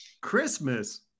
Christmas